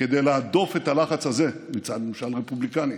כדי להדוף את הלחץ הזה מצד ממשל רפובליקני.